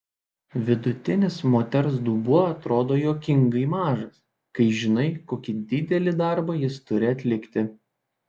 vidutinis moters dubuo atrodo juokingai mažas kai žinai kokį didelį darbą jis turi atlikti